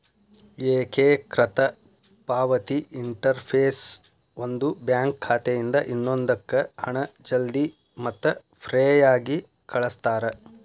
ಏಕೇಕೃತ ಪಾವತಿ ಇಂಟರ್ಫೇಸ್ ಒಂದು ಬ್ಯಾಂಕ್ ಖಾತೆಯಿಂದ ಇನ್ನೊಂದಕ್ಕ ಹಣ ಜಲ್ದಿ ಮತ್ತ ಫ್ರೇಯಾಗಿ ಕಳಸ್ತಾರ